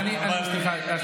אבל בסדר.